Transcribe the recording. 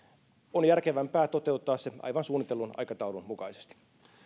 on järkevämpää toteuttaa se aivan suunnitellun aikataulun mukaisesti